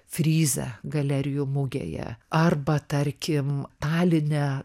fryze galerijų mugėje arba tarkim taline